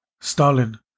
Stalin